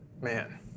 Man